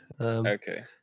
Okay